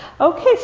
Okay